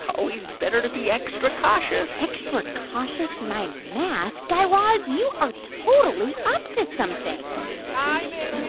always better to be extra cautious extra cautious, my math. guy raz, you are totally up to something hi, mindy.